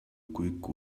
quick